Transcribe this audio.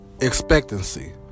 expectancy